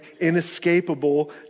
inescapable